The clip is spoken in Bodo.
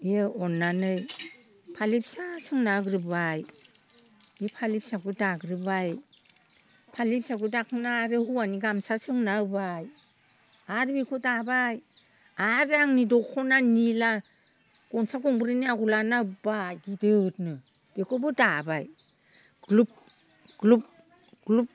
बियो अननानै फालि फिसा सोंना होग्रोबाय बे फालि फिसाखो दाग्रोबाय फालि फिसाखो दाखांना आरो हौवानि गामसा सोंना होबाय आरो बेखौ दाबाय आरो आंनि दखना निला गनसा गंब्रैनि आगर लाना होबाय गिदिरनो बेखौबो दाबाय ग्लुब ग्लुब ग्लुब